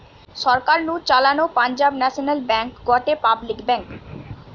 সরকার নু চালানো Punjab national bank গটে পাবলিক ব্যাঙ্ক